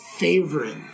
favorite